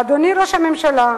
ואדוני ראש הממשלה,